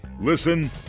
Listen